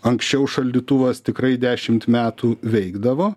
anksčiau šaldytuvas tikrai dešimt metų veikdavo